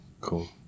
Cool